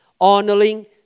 Honoring